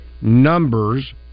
numbers